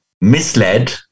misled